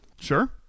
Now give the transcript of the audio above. Sure